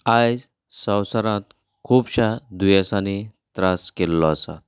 आयज संवसारांत खुबश्यां दुयेंसांनी त्रास केल्लो आसा